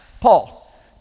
Paul